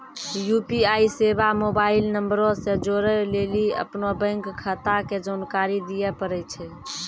UPI सेबा mobile नंबरो से जोड़ै लेली अपनो बैंक खाता के जानकारी दिये पड़ै छै